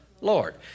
Lord